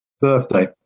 birthday